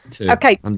Okay